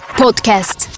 podcast